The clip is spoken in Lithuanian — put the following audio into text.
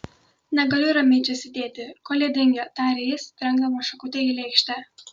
negaliu ramiai čia sėdėti kol jie dingę tarė jis trenkdamas šakutę į lėkštę